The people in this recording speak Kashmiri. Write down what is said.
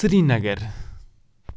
سرینگر